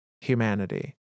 humanity